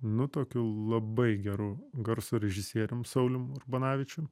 nu tokiu labai geru garso režisierium saulium urbanavičium